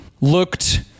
looked